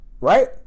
Right